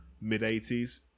mid-80s